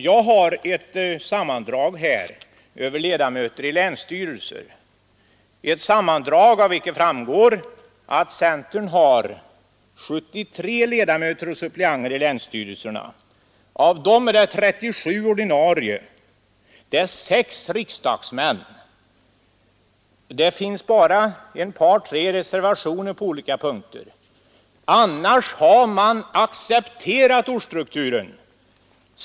Jag har här ett sammandrag över ledamöter i länsstyrelser, av vilket framgår att centern har 73 ledamöter och suppleanter i länsstyrelserna — 37 är ordinarie och 6 är riksdagsmän. Det finns i länsstyrelsernas yttranden bara ett par tre reservationer på olika punkter. Annars har man accepterat ortsstrukturen.